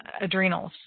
adrenals